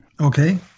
okay